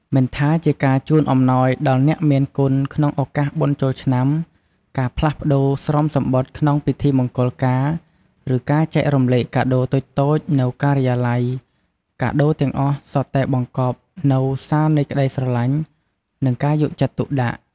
មិនថាជាការជូនអំណោយដល់អ្នកមានគុណក្នុងឱកាសបុណ្យចូលឆ្នាំ ការផ្លាស់ប្ដូរស្រោមសំបុត្រក្នុងពិធីមង្គលការ ឬការចែករំលែកកាដូរតូចៗនៅការិយាល័យ កាដូរទាំងអស់សុទ្ធតែបង្កប់នូវ សារនៃក្ដីស្រឡាញ់ និងការយកចិត្តទុកដាក់។